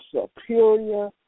superior